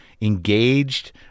engaged